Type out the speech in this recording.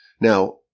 Now